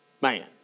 man